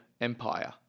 empire